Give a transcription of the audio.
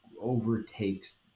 overtakes